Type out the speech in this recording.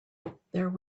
there